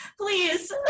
please